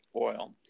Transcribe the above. oil